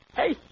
hey